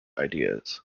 ideas